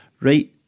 Right